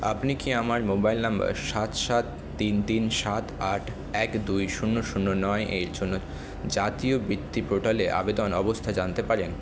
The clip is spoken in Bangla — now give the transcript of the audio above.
আপনি কি আমার মোবাইল নাম্বার সাত সাত তিন তিন সাত আট এক দুই শূন্য শূন্য নয় এর জন্য জাতীয় বৃত্তি পোর্টালে আবেদন অবস্থা জানতে পারেন